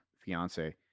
fiance